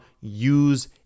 use